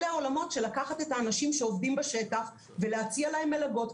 אלה העולמות של לקחת את האנשים שעובדים בשטח ולהציע להם מלגות,